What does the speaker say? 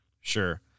Sure